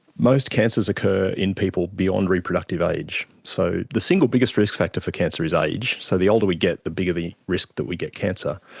most cancers occur in people beyond reproductive age, so the single biggest risk factor for cancer is age, so the older we get, the bigger the risk that we get cancer.